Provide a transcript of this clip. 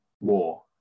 war